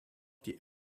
die